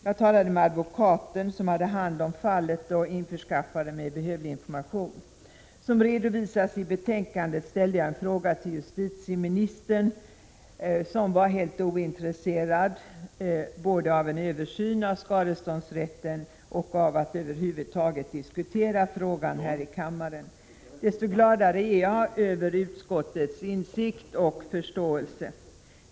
Jag talade med advokaten som hade hand om fallet och införskaffade behövlig information. Som redovisas i betänkandet, ställde jag en fråga till justitieministern, som var helt ointresserad både av en översyn av skadeståndsrätten och av att över huvud taget diskutera frågan här i kammaren. Desto gladare är jag över utskottets insikt och förståelse.